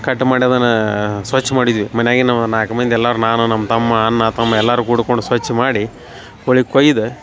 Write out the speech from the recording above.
cut ಮಾಡಿದನಾ ಸ್ವಚ್ಛ ಮಾಡಿದ್ವಿ ಮನ್ಯಾಗಿನವ ನಾಲ್ಕು ಮಂದಿ ಎಲ್ಲಾರ ನಾನು ನಮ್ಮ ತಮ್ಮ ಅನ್ನ ತಮ್ಮ ಎಲ್ಲಾರು ಕೂಡ್ಕೊಂಡು ಸ್ವಚ್ಛ ಮಾಡಿ ಕೋಳಿ ಕೊಯ್ದ